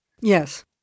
Yes